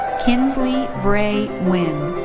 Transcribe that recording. kinsley brey winn.